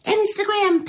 Instagram